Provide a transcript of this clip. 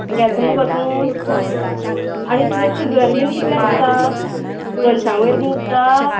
घेता मुगो तूं आनी तुगेली शुगर बीन कितली आसता दोनशा वयर बीन आसता